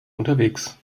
unterwegs